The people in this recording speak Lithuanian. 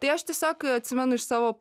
tai aš tiesiog atsimenu iš savo